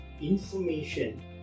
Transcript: information